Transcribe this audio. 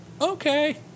Okay